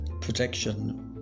protection